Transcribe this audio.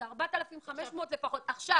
לפחות את ה-4,500 עכשיו